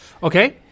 Okay